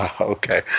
Okay